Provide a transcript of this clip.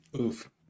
Oof